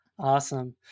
Awesome